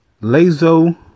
Lazo